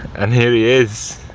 and here he is.